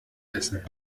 essen